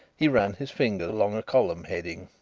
he ran his finger along a column heading,